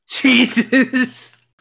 Jesus